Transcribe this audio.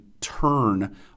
turn